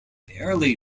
barely